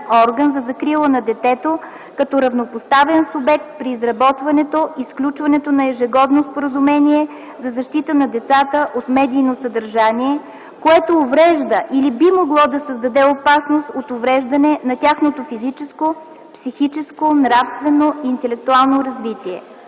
орган за закрила на детето като равнопоставен субект при изработването и сключването на ежегодно споразумение за защита на децата от медийно съдържание, което уврежда или би могло да създаде опасност от увреждане на тяхното физическо, психическо, нравствено и интелектуално развитие.